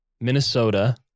Minnesota